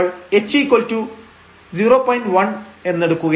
1 എന്നെടുക്കുകയാണ്